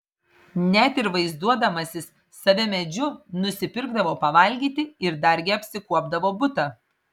net ir vaizduodamasis save medžiu nusipirkdavo pavalgyti ir dargi apsikuopdavo butą